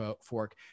fork